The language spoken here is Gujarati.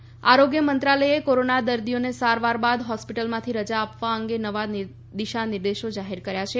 કોરોના દિશા નિર્દેશ આરોગ્ય મંત્રાલયે કોરોના દર્દીઓને સારવાર બાદ હોસ્પિટલમાંથી રજા આપવા અંગે નવા દિશા નિર્દેશો જાહેર કર્યા છે